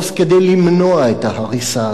כדי למנוע את ההריסה הזאת.